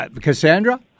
Cassandra